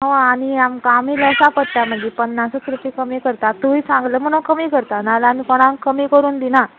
हय आनी आमकां आमी लेसा पडटा म्हणजे पन्नासूच रुपया कमी करतात तूंये सांगलें म्हणून कमी करता ना जाल्यार आनी कोणाक कमी करून दिना